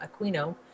Aquino